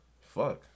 Fuck